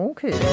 Okay